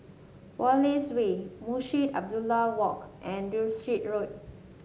Wallace Way Munshi Abdullah Walk and Derbyshire Road